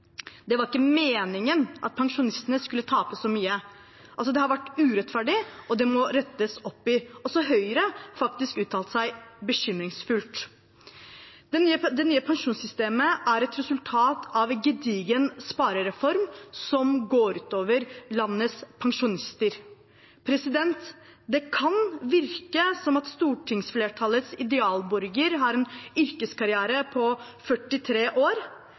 det var ikke meningen at pensjonistene skulle tape så mye. Det har vært urettferdig, og det må rettes opp i. Høyre har faktisk også uttalt seg bekymringsfullt. Det nye pensjonssystemet er et resultat av en gedigen sparereform som går ut over landets pensjonister. Det kan virke som om stortingsflertallets idealborger har en yrkeskarriere på 43 år,